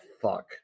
fuck